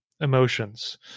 emotions